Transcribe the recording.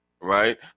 Right